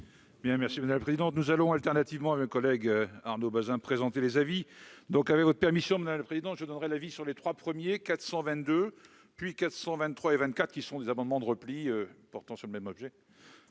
Bien, merci, madame la présidente, nous allons alternativement à mes collègues : Arnaud Bazin présenter les avis donc avec votre permission de le président je donnerai la vie sur les 3 premiers 422 puis 423 et 24 qui sont des amendements de repli portant sur le même objet,